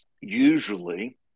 usually